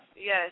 Yes